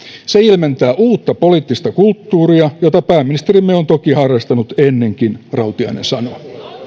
se ilmentää uutta poliittista kulttuuria jota pääministerimme on toki harrastanut ennenkin rautiainen sanoo